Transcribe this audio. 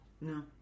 No